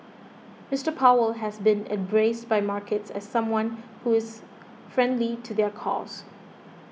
Mister Powell has been embraced by markets as someone who is friendly to their cause